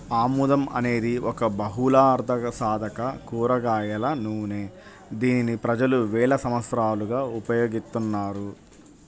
ఆముదం అనేది ఒక బహుళార్ధసాధక కూరగాయల నూనె, దీనిని ప్రజలు వేల సంవత్సరాలుగా ఉపయోగిస్తున్నారు